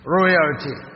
Royalty